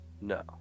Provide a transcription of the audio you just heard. no